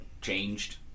changed